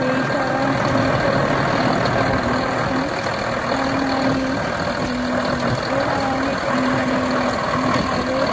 এই স সমস্ত কুসংস্কার আমরা এখনও মানি এরা অনেক মানে ভালো